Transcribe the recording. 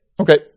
Okay